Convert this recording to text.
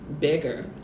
bigger